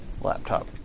laptop